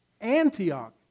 Antioch